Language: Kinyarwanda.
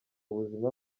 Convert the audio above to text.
ubuzima